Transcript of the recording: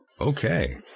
Okay